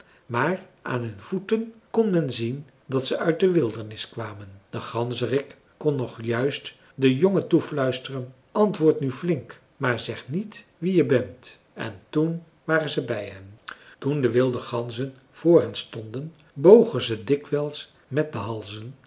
maar aan hun voeten kon men zien dat ze uit de wildernis kwamen de ganzerik kon nog juist den jongen toefluisteren antwoord nu flink maar zeg niet wie je bent en toen waren ze bij hen toen de wilde ganzen voor hen stonden bogen ze dikwijls met de halzen